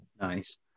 Nice